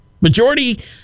Majority